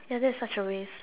ya that's such a waste